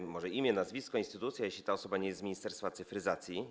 Może proszę o imię, nazwisko, instytucję, jeśli ta osoba nie jest z Ministerstwa Cyfryzacji.